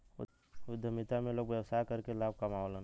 उद्यमिता में लोग व्यवसाय करके लाभ कमावलन